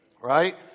Right